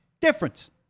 Difference